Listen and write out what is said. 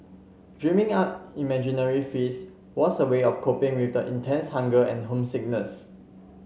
dreaming up imaginary feasts was a way of coping with the intense hunger and homesickness